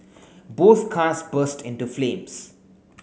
both cars burst into flames